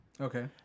Okay